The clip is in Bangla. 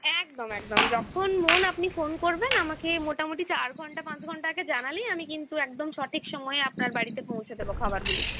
একদম একদম যখন মন আপনি ফোন করবেন আমাকে মোটামুটি চার ঘন্টা পাঁচ ঘন্টা আগে জানালেই আমি কিন্তু একদম সঠিক সময়ে আপনার বাড়িতে পৌঁছে দেবো খাবারগুলি